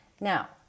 Now